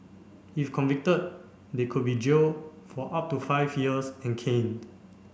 if convicted they could be jailed for up to five years and caned